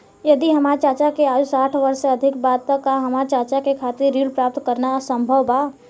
यदि हमार चाचा के आयु साठ वर्ष से अधिक बा त का हमार चाचा के खातिर ऋण प्राप्त करना संभव बा?